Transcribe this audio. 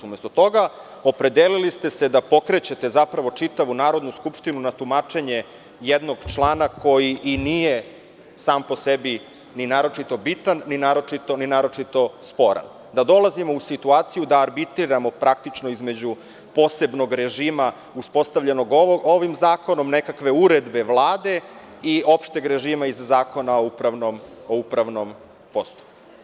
Umesto toga, opredelili ste se da pokrećete čitavu Narodnu skupštinu na tumačenje jednog člana koji i nije sam po sebi ni naročito bitan ni naročito sporan, da dolazimo u situaciju da arbitriramo između posebnog režima uspostavljenog ovim zakonom, nekakve uredbe Vlade i opšteg režima iz Zakona o upravnom postupku.